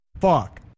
fuck